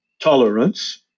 tolerance